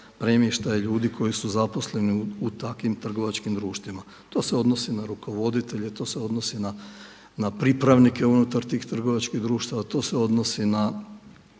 premještaja ljudi koji su zaposleni u takvim trgovačkim društvima. To se odnosi na rukovoditelje, to se odnosi na pripravnike unutar trgovačkih društava, to se odnosi na